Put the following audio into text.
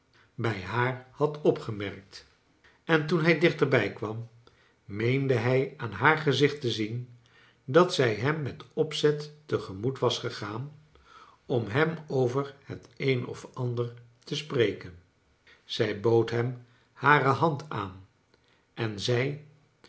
bij haar had opgemerkt en toen hij dichterbij kwam meende hij aan haar gezicht te zien dat zij hem met opzet te gemoet was gegaan om liem over het een of ander te spreken zij bood hem hare hand aan en zei